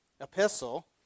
epistle